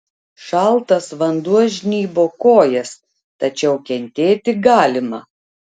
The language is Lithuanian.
šaltas vanduo žnybo kojas tačiau kentėti galima